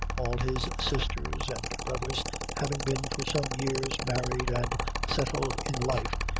all his sisters and brothers having been for some years married and settled in life,